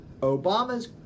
obama's